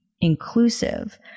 inclusive